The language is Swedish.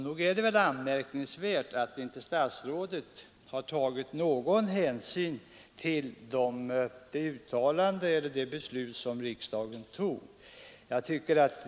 Nog är det anmärkningsvärt att statsrådet Feldt inte har tagit någon hänsyn till det beslut som riksdagen fattat.